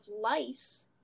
lice